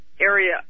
area